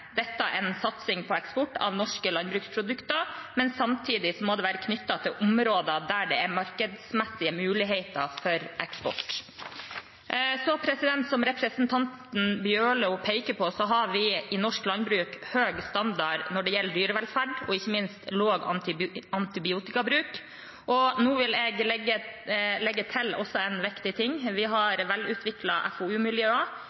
eksport av norske landbruksprodukt. Men samtidig må det være knyttet til områder der det er markedsmessige muligheter for eksport. Som representanten Bjørlo peker på, har vi i norsk landbruk en høy standard når det gjelder dyrevelferd og ikke minst lav antibiotikabruk. Jeg vil legge til en viktig ting, nemlig at vi